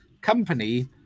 company